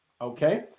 Okay